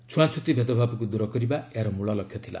ଛୁଆଁଛୁତି ଭେଦଭାବକୁ ଦୂର କରିବା ଏହାରମୂଳ ଲକ୍ଷ୍ୟ ଥିଲା